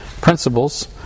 principles